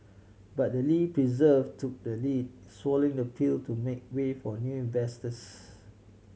but the Lee persevere took the lead swallowing the pill to make way for new investors